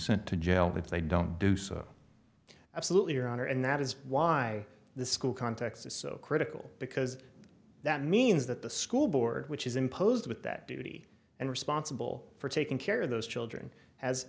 sent to jail if they don't do so absolutely your honor and that is why the school context is so critical because that means that the school board which is imposed with that duty and responsible for taking care of those children has